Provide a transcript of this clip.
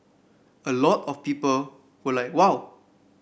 a lot of people were like wow